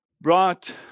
brought